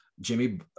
Jimmy